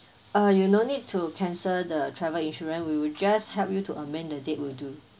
uh you no need to cancel the travel insurance we will just help you to amend the date will do